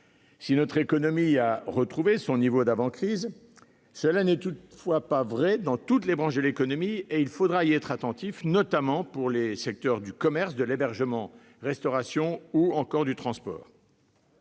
notre économie a retrouvé son niveau d'avant-crise, mais cela n'est pas le cas pour toutes les branches ; il faudra y être attentif, notamment pour les secteurs du commerce, de l'hébergement-restauration ou encore du transport.